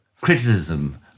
criticism